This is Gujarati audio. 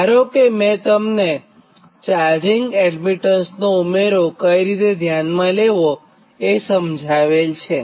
ધારો કે મેં તમને ચાર્જિંગ એડમીટન્સનો ઉમેરો કઇ રીતે ધ્યાનમાં લેવોએ સમજાવેલ છે